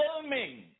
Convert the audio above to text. filming